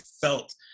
felt